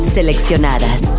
Seleccionadas